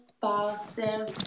Boston